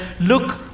look